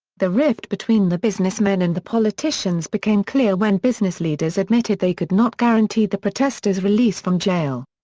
the rift between the businessmen and the politicians became clear when business leaders admitted they could not guarantee the protesters' release from jail.